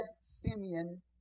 Simeon